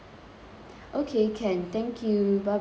okay can thank you bye bye